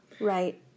Right